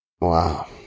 Wow